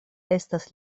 estas